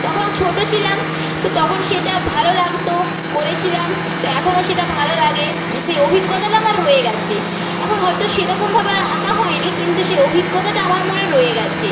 তখন ছোটো ছিলাম তো তখন সেটা ভালো লাগতো করেছিলাম তা এখনও সেটা ভালো লাগে সেই অভিজ্ঞতাটা আমার রয়ে গেছে এখন হয়তো সেরকমভাবে আর আঁকা হয় নি কিন্তু সে অভিজ্ঞতাটা আমার মনে রয়ে গেছে